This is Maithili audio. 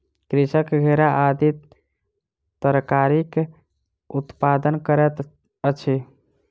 कृषक घेरा आदि तरकारीक उत्पादन करैत अछि